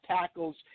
tackles